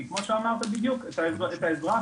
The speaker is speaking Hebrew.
כי בדיוק כמו שאמרת: את האזרח,